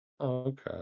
Okay